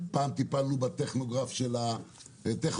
פעם טיפלנו בטכוגרף של המשאיות,